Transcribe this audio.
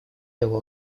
его